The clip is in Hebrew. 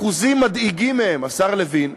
אחוזים מדאיגים מהם, השר לוין,